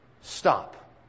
stop